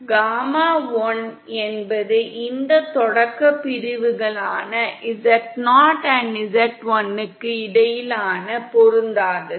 gamma 1 என்பது இந்த தொடக்க பிரிவுகளான z0 z1 க்கு இடையில் பொருந்தாதது